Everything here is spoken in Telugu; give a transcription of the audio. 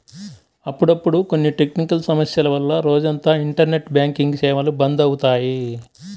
అప్పుడప్పుడు కొన్ని టెక్నికల్ సమస్యల వల్ల రోజంతా ఇంటర్నెట్ బ్యాంకింగ్ సేవలు బంద్ అవుతాయి